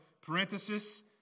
parenthesis